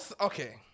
okay